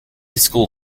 school